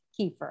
Kiefer